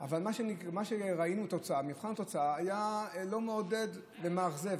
אבל ראינו שמבחן התוצאה היה לא מעודד ומאכזב.